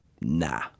nah